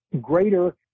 greater